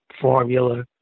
formula